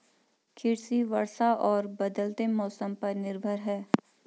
कृषि वर्षा और बदलते मौसम पर निर्भर है